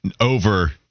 over